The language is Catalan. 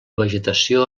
vegetació